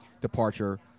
departure